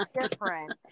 different